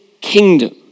kingdom